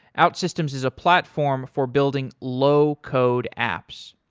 outsystems is a platform for building low code apps.